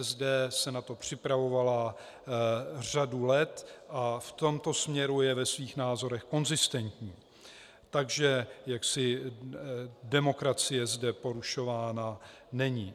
ČSSD se na to připravovala řadu let a v tomto směru je ve svých názorech konzistentní, takže demokracie zde porušována není.